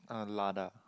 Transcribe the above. uh Lada